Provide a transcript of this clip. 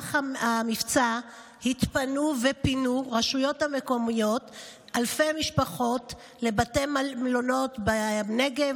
במהלך המבצע התפנו ופינו הרשויות המקומיות אלפי משפחות לבתי מלון בנגב,